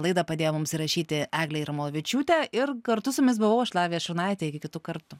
laidą padėjo mums įrašyti eglė irmovičiūtė ir kartu su jumis buvau aš lavija šurnaitė iki kitų kartų